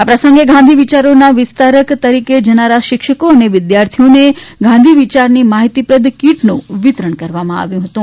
આ પ્રસંગે ગાંધી વિચારોના વિસ્તારક તરીકે જનારા શિક્ષકો અને વિદ્યાર્થીઓને ગાંધી વિચારની માહિતીપ્રદ કીટનું વિતરણ કરવામાં આવ્યું હતું